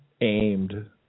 aimed